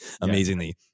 amazingly